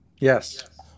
Yes